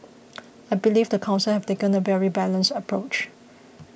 I believe the Council has taken a very balanced approach